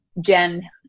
Jen